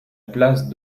place